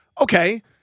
Okay